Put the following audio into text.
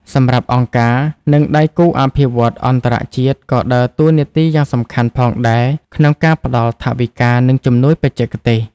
សម្រាប់ អង្គការ និងដៃគូអភិវឌ្ឍន៍អន្តរជាតិក៏ដើរតួនាទីយ៉ាងសំខាន់ផងដែរក្នុងការផ្តល់ ថវិកា និងជំនួយបច្ចេកទេស។